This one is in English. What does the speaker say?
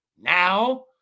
Now